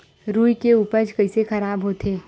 रुई के उपज कइसे खराब होथे?